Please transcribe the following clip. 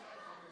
בבקשה.